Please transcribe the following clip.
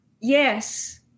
Yes